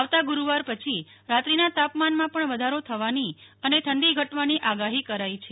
આવતા ગુરૂવાર પછી રાત્રીના તાપમાનમાં પણ વધારો થવાની અને ઠંડી ઘટવાની આગાહી કરાઇ છે